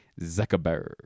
Zuckerberg